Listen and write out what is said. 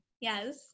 Yes